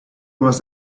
was